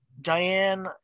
Diane